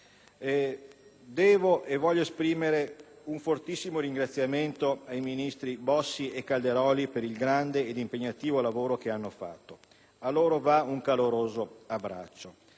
Devo e voglio esprimere un fortissimo ringraziamento ai ministri Bossi e Calderoli per il grande ed impegnativo lavoro svolto: a loro va un caloroso abbraccio.